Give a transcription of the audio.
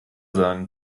sagen